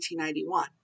1891